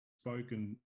spoken